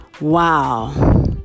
Wow